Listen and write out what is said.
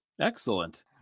Excellent